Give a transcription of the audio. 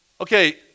Okay